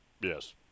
Yes